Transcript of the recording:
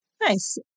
Nice